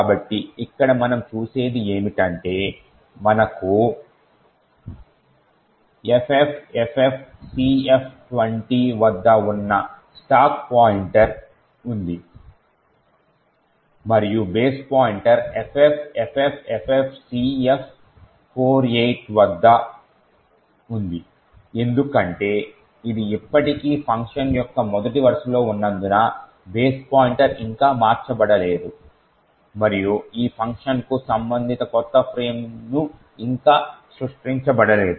కాబట్టి ఇక్కడ మనం చూసేది ఏమిటంటే మనకు FFFFCF20 వద్ద ఉన్న స్టాక్ పాయింటర్ ఉంది మరియు బేస్ పాయింటర్ FFFFCF48 వద్ద ఉంది ఎందుకంటే ఇది ఇప్పటికీ ఫంక్షన్ యొక్క మొదటి వరుసలో ఉన్నందున బేస్ పాయింటర్ ఇంకా మార్చబడలేదు మరియు ఈ ఫంక్షన్కు సంబంధిత కొత్త ఫ్రేమ్ ను ఇంకా సృష్టించబడలేదు